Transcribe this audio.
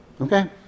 Okay